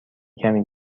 کمی